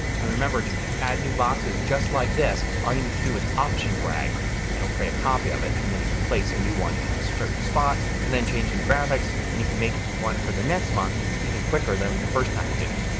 and remember to add new boxes just like this all you need to do is option drag and it will create a copy of it and then you can place a new one in a certain spot and then changing the graphics. you could make one for the next month even quicker than the first time you did it.